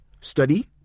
study